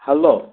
hello